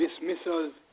dismissals